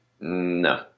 No